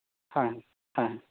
ᱦᱮᱸ ᱦᱮᱸ